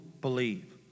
believe